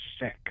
sick